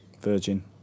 virgin